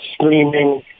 streaming